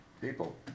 people